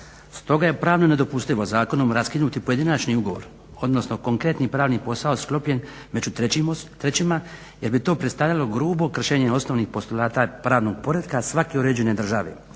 Stoga je pravno nedopustivo zakonom raskinuti pojedinačni ugovor odnosno konkretni pravni posao sklopljen među trećima jer bi to predstavljalo grubo kršenje osnovnih postulata pravnog poretka svake uređene države,